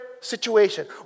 Situation